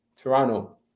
Toronto